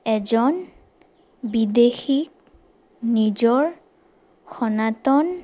এজন বিদেশীক নিজৰ সনাতন